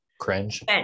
cringe